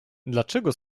dlaczego